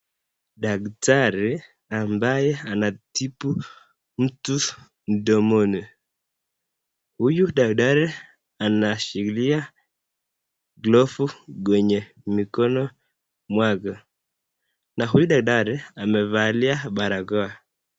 Daktari ambaye anatibu mtu mdomoni. Huyu daktari anashikilia glofu kwenye mikono mwake. Na huyu daktari amevalia barakoa.